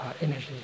energy